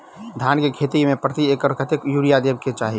धान केँ खेती मे प्रति एकड़ कतेक यूरिया देब केँ चाहि?